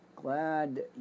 Glad